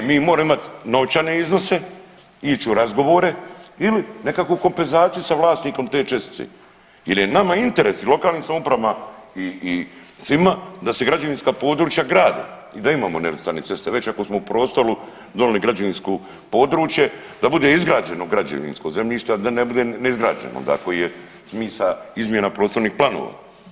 E mi moramo imati novčane iznose, ići u razgovore ili nekakvu kompenzaciju sa vlasnikom te čestice jel je nama interes i lokalnim samoupravama i svima da se građevinska područja grada i da imamo nerazvrstane ceste već ako smo u prostoru donili građevinsko područje da bude izgrađeno građevinsko zemljište, a da ne bude neizgrađeno, onda koji je smisa izmjena prostornih planova.